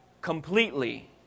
completely